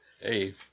Hey